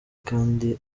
kandi